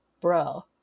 bro